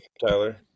Tyler